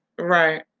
Right